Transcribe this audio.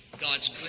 God's